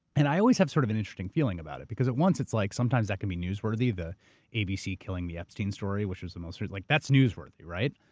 and i always have sort of an interesting feeling about it, because at once it's like sometimes that can be newsworthy. the abc killing the epstein story, which was the most. like that's newsworthy, right?